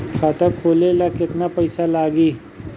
खाता खोले ला केतना पइसा लागी?